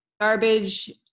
garbage